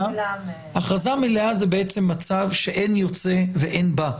הכרזה מלאה זה בעצם מצב שאין יוצא ואין בא,